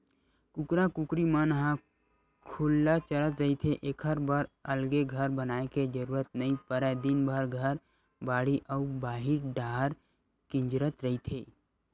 कुकरा कुकरी मन ह खुल्ला चरत रहिथे एखर बर अलगे घर बनाए के जरूरत नइ परय दिनभर घर, बाड़ी अउ बाहिर डाहर किंजरत रहिथे